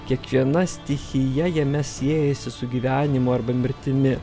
kiekviena stichija jame siejasi su gyvenimu arba mirtimi